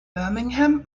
birmingham